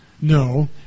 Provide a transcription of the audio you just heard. no